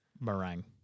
meringue